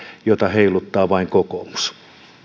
sitä heiluttaa vain kokoomus